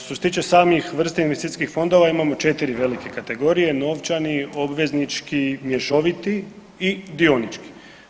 Što se tiče samih vrsta investicijskih fondova, imamo 4 velike kategorije, novčani, obveznički, mješoviti i dionički.